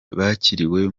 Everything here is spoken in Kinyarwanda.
bakiriwe